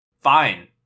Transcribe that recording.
Fine